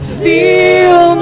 feel